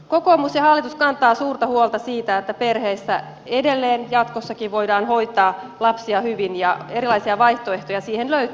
kokoomus ja hallitus kantavat suurta huolta siitä että perheissä edelleen jatkossakin voidaan hoitaa lapsia hyvin ja erilaisia vaihtoehtoja siihen löytyy